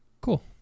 cool